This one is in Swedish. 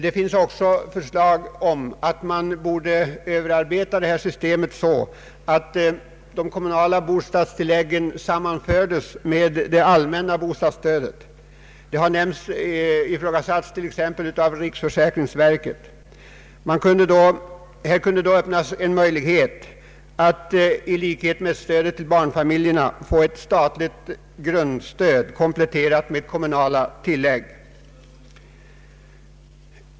Det föreligger också förslag om att systemet bör överarbetas på så sätt att de kommunala bostadstilläggen sammanförs med det allmänna bostadsstödet. Detta har ifrågasatts av riksförsäkringsverket. Här kunde då öppnas en möjlighet att, såsom fallet är beträffande stödet till barnfamiljerna, få ett statligt grundstöd kompletterat med kommunala tillägg.